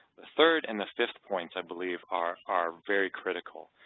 the third and the fifth points i believe are are very critical.